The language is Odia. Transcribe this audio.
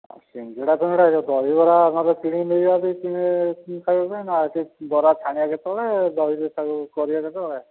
ସିଙ୍ଗିଡ଼ା ଫିଂଗିଡ଼ା ଦହିବରା ନହେଲେ କିଣିକି ନେଇଯିବା ଯଦି ଖାଇବା ପାଇଁ ବରା ଛାଣିବା କେତେବେଳେ ଦହିରେ ତାକୁ କରିବା କେତେବେଳେ